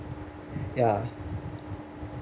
ya